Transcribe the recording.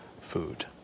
food